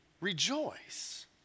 rejoice